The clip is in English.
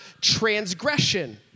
transgression